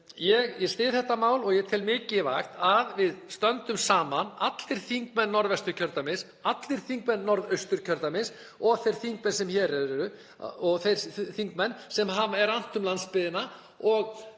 Ég styð þetta mál og ég tel mikilvægt að við stöndum saman, allir þingmenn Norðvesturkjördæmis, allir þingmenn Norðausturkjördæmis og þeir þingmenn sem hér eru og þeir þingmenn sem er annt um landsbyggðina og